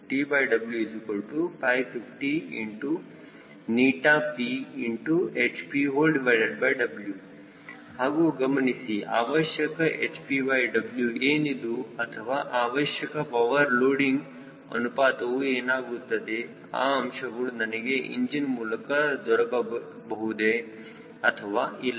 TW550PhpW ಹಾಗೂ ಗಮನಿಸಿ ಅವಶ್ಯಕ hpW ಏನಿದು ಅಥವಾ ಅವಶ್ಯಕ ಪವರ್ ಲೋಡಿಂಗ್ ಅನುಪಾತವು ಏನಾಗುತ್ತದೆ ಆ ಅಂಶಗಳು ನನಗೆ ಇಂಜಿನ್ ಮೂಲಕ ದೊರಕಬಹುದೇ ಅಥವಾ ಇಲ್ಲ